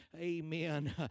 Amen